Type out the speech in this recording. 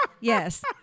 Yes